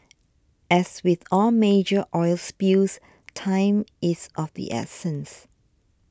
as with all major oil spills time is of the essence